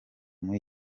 muri